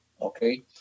Okay